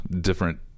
different